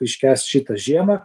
iškęst šitą žiemą